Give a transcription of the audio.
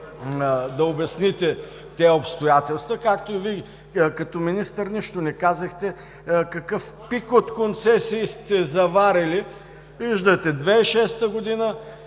да обясните тези обстоятелства, както и като министър Вие не казахте какъв пик от концесии сте заварили – виждате, 2006 г.